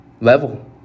level